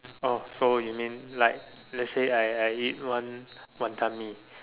oh so you mean like let's say I I eat one Wanton-Mee